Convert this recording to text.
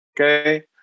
okay